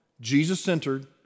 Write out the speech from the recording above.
Jesus-centered